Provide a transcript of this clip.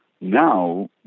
now